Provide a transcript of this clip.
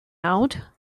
out